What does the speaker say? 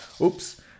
Oops